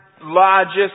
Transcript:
largest